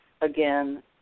again